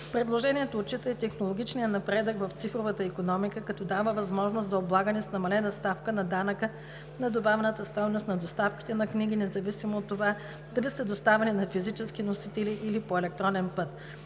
Предложението отчита и технологичния напредък в цифровата икономика, като дава възможност за облагане с намалена ставка на данъка на добавената стойност на доставките на книги, независимо от това дали са доставяни на физически носители, или по електронен път.